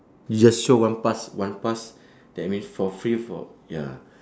we just show one pass one pass that means for free for ya